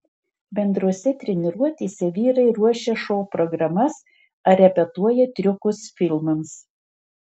bendrose treniruotėse vyrai ruošia šou programas ar repetuoja triukus filmams